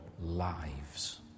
lives